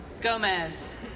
Gomez